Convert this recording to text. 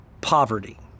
poverty